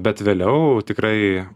bet vėliau tikrai